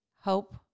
Hope